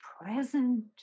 present